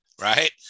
right